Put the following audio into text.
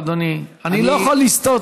אדוני, אני לא יכול לסטות.